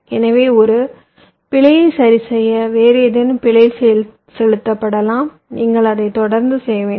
எனவே ஒரு பிழையை சரிசெய்ய வேறு ஏதேனும் பிழை செலுத்தப்படலாம் நீங்கள் அதை தொடர்ந்து செய்ய வேண்டும்